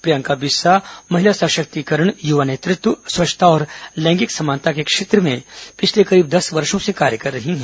प्रियंका बिस्सा महिला सशिक्तकरण युवा नेतृत्व स्वच्छता और लैंगिक समानता के क्षेत्र में पिछले करीब दस वर्षो से कार्य कर रही हैं